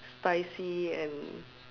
spicy and